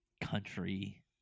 country